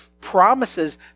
promises